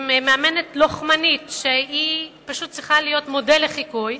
עם מאמנת לוחמנית שפשוט צריכה להיות מודל לחיקוי,